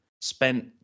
spent